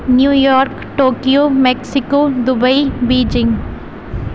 new York Tokyo Mexico Dubai Beijing